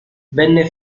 venne